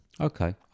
Okay